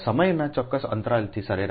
સમયનાચોક્કસઅંતરાલથીસરેરાશ